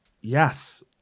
yes